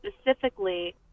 specifically